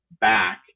back